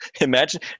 Imagine